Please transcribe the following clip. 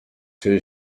too